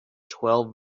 twelve